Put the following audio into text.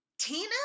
Tina